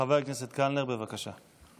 חבר הכנסת קלנר, בבקשה.